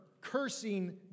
cursing